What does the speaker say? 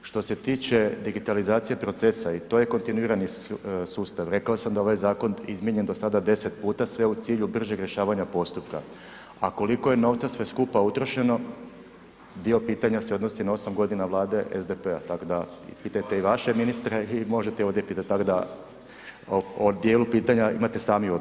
Što se tiče digitalizacije procesa, i to je kontinuirani sustav, rekao sam da ovaj zakon izmijenjen do sada 10 puta sve u cilju bržeg rješavanja postupka a koliko je novca sve skupa utrošeno dio pitanja se odnosi na 8 godina Vlade SDP-a, tako da pitajte i vaše ministre i možete i ovdje pitati tako da o dijelu pitanja imate sami odgovor.